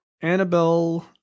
Annabelle